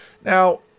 Now